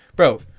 Bro